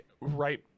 right